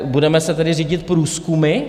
Budeme se tedy řídit průzkumy?